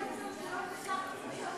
אין שר הפנים.